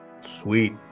Sweet